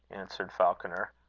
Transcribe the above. answered falconer.